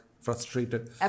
frustrated